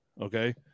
okay